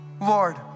Lord